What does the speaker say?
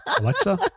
Alexa